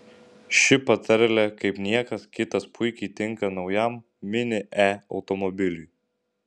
ši patarlė kaip niekas kitas puikiai tinka naujam mini e automobiliui